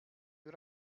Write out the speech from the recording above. you